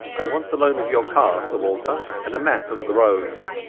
ai want the loan of your car, sir walter, and a map of the roads.